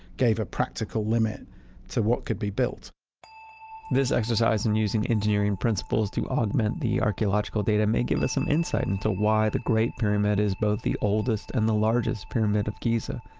gave a practical limit to what could be built this exercise in using engineering principles to augment the archeological data might give us some insight into why the great pyramid is both the oldest and the largest pyramid of giza.